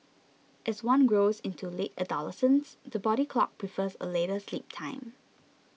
as one grows into late adolescence the body clock prefers a later sleep time